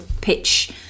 pitch